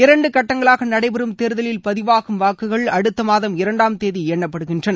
இரண்டு கட்டங்களாக நடைபெறும் தேர்தலில் பதிவாகும் வாக்குகள் அடுத்த மாதம் இரண்டாம் தேதி எண்ணப்படுகின்றன